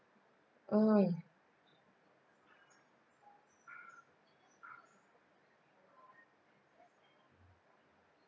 mm